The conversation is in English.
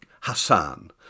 Hassan